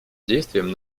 действиям